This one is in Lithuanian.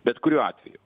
bet kuriuo atveju